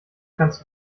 kannst